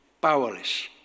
Powerless